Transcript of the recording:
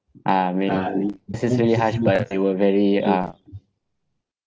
uh I mean this is really harsh but they were very uh